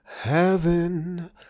Heaven